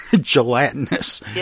gelatinous